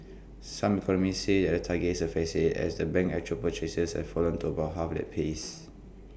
some economists said at the target is A facade as the bank's actual purchases have fallen to about half that pace